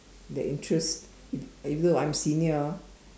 the interests even though I'm senior ah